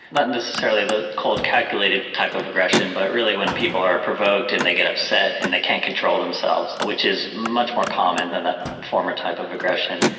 not necessarily the cold calculated type of aggression, but really when people are provoked and they get upset and they can't control themselves, which is much more common than the former type of aggression.